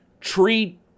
treat